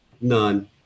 none